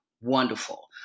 wonderful